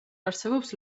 არსებობს